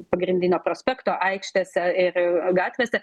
pagrindinio prospekto aikštėse ir gatvėse